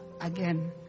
again